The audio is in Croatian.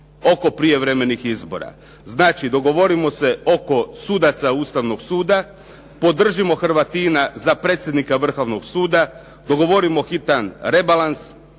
oko prijevremenih izbora. Znači, dogovorimo se oko sudaca Ustavnog suda, podržimo Hrvatina za predsjednika Vrhovnog suda, dogovorimo hitan rebalans,